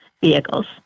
vehicles